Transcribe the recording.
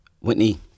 Whitney